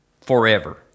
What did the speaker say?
forever